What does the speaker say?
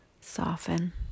soften